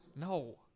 No